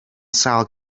sâl